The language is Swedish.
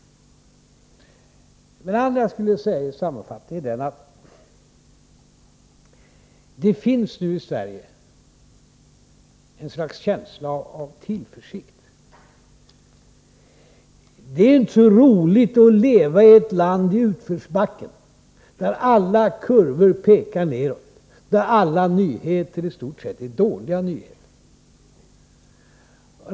Det andra som jag skulle vilja säga sammanfattningsvis är följande: Det finns nu i Sverige ett slags känsla av tillförsikt. Det är inte så roligt att leva i ett land i utförsbacke, där alla kurvor pekar nedåt, där alla nyheter i stort sett är dåliga nyheter.